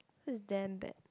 so is damn bad